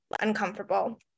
uncomfortable